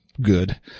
good